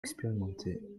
expérimenté